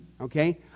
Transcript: okay